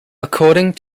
according